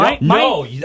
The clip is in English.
No